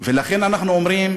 ולכן אנחנו אומרים: